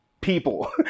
people